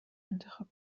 انتخاب